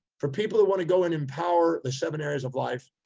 for people that want to go and empower the seven areas of life,